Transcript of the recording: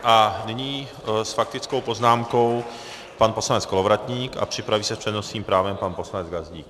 A nyní s faktickou poznámkou pan poslanec Kolovratník a připraví se s přednostním právem pan poslanec Gazdík.